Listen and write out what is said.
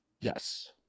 Yes